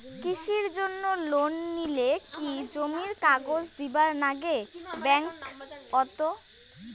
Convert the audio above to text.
কৃষির জন্যে লোন নিলে কি জমির কাগজ দিবার নাগে ব্যাংক ওত?